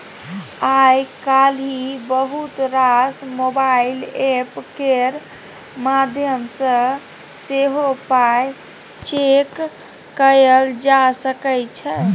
आइ काल्हि बहुत रास मोबाइल एप्प केर माध्यमसँ सेहो पाइ चैक कएल जा सकै छै